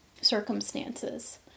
Circumstances